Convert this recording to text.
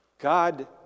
God